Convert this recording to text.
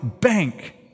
bank